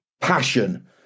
passion